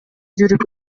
жүрүп